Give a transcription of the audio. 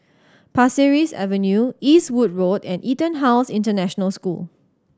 Pasir Ris Avenue Eastwood Road and EtonHouse International School